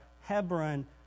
Hebron